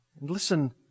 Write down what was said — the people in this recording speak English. Listen